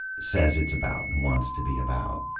says it's about and wants to be about.